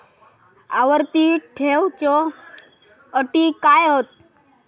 आवर्ती ठेव च्यो अटी काय हत?